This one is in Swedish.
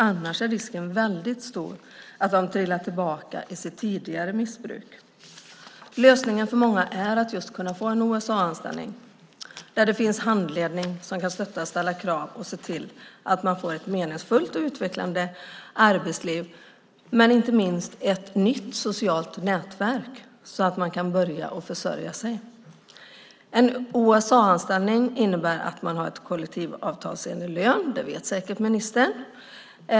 Annars är risken stor att de trillar tillbaka i sitt tidigare missbruk. Lösningen för många är att kunna få en OSA-anställning, där det finns handledning som kan stötta, ställa krav och se till att man får ett meningsfullt och utvecklande arbetsliv men inte minst ett nytt socialt nätverk så att man kan börja försörja sig. En OSA-anställning innebär att man har kollektivavtalsenlig lön; det vet säkert ministern.